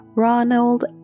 Ronald